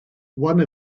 one